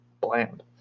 bland